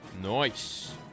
Nice